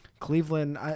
Cleveland